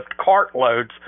cartloads